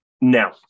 no